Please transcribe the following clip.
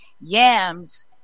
yams